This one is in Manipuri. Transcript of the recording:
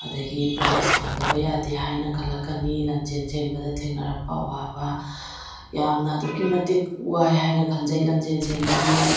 ꯑꯗꯒꯤ ꯄ꯭ꯔꯥꯏꯖ ꯐꯪꯗꯕ ꯌꯥꯗꯦ ꯍꯥꯏꯅ ꯈꯜꯂꯛꯀꯅꯤ ꯂꯝꯖꯦꯜ ꯆꯦꯟꯕꯗ ꯊꯦꯡꯅꯔꯛꯄ ꯑꯋꯥꯕ ꯌꯥꯝꯅ ꯑꯗꯨꯛꯀꯤ ꯃꯇꯤꯛ ꯋꯥꯏ ꯍꯥꯏꯅ ꯈꯟꯖꯩ ꯂꯝꯖꯦꯜ ꯆꯦꯟꯕꯗꯤ